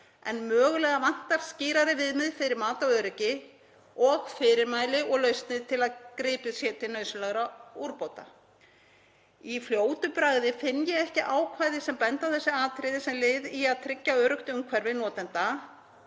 en mögulega vantar skýrari viðmið fyrir mat á öryggi og fyrirmæli og lausnir til að gripið sé til nauðsynlegra úrbóta. Í fljótu bragði finn ég ekki ákvæði sem benda á þessi atriði sem lið í að tryggja öruggt umhverfi notenda.